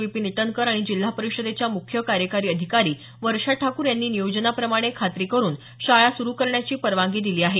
विपीन इटनकर आणि जिल्हा परिषदेच्या मुख्य कार्यकारी अधिकारी वर्षा ठाकूर यांनी नियोजनाप्रमाणे खात्री करुन शाळा सुरु करण्याची परवानगी दिली आहे